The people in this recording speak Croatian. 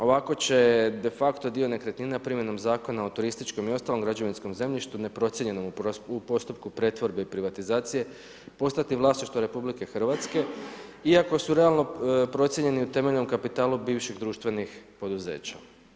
Ovako će de facto dio nekretnina primjenom Zakona o turističkom i ostalom građevinskom zemljištu neprocjenjenom u postupku pretvorbe i privatizacije postati vlasništvo Republike Hrvatske iako su realno procijenjeni u temeljnom kapitalu bivših društvenih poduzeća.